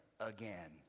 again